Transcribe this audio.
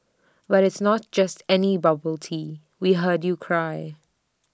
but it's not just any bubble tea we heard you cry